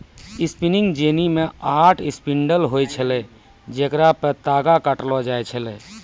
spinning jenny मे आठ spindle होय छलै जेकरा पे तागा काटलो जाय छलै